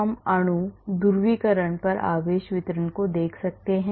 हम अणु ध्रुवीकरण पर आवेश वितरण को देख सकते हैं